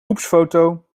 groepsfoto